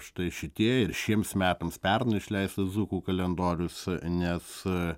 štai šitie ir šiems metams pernai išleistas dzūkų kalendorius nes